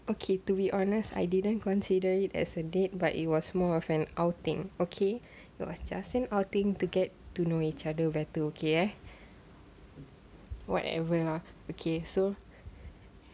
okay to be honest I didn't consider it as a date but it was more of an outing okay it was just a outing to get to know each other better ya whatever lah okay so